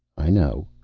i know.